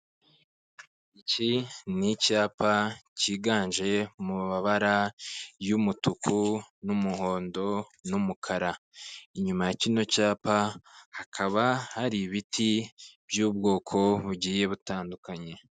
Iki ni icyapa cyiganje mu mabara y'umutuku, n'umuhondo, n'umukara. Inyuma ya kino cyapa hakaba hari ibiti by'ubwoko bugiye butandukanye.